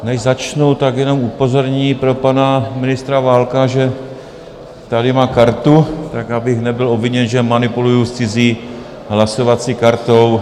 Než začnu, jenom upozornění pro pana ministra Válka, že tady má kartu, tak abych nebyl obviněn, že manipuluji s cizí hlasovací kartou.